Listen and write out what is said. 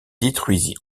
détruisit